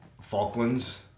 Falklands